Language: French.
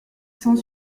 cent